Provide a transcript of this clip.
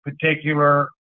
particular